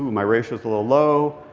my ratio is a little low.